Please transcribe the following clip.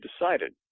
decided